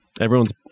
Everyone's